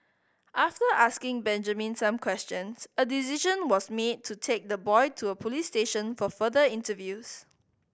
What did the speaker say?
after asking Benjamin some questions a decision was made to take the boy to a police station for further interviews